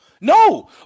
No